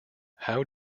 how